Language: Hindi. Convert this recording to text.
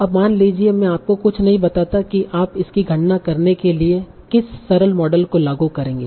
अब मान लीजिए मैं आपको कुछ नहीं बताता कि आप इसकी गणना करने के लिए किस सरल मॉडल को लागू करेंगे